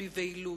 בבהילות,